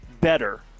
better